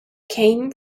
came